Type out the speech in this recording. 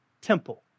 temple